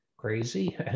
crazy